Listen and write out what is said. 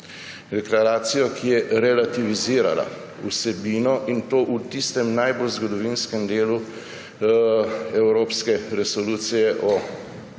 Deklaracijo, ki je relativizirala vsebino, in to v tistem najbolj zgodovinskem delu evropske resolucije o